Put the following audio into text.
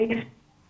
אני חושבת